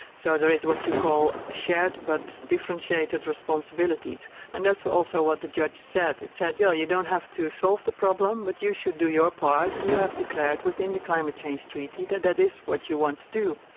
so there is what you call shared but differentiated responsibilities. and that's also what the judge said, he said yeah you don't have to solve the problem but you should do your part and you have declared within the climate change treaty that that is what you want to do.